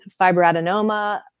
fibroadenoma